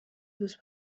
دوست